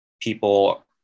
people